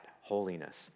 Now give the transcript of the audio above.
holiness